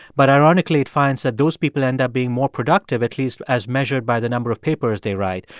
but ironically, it finds that those people end up being more productive, at least as measured by the number of papers they write.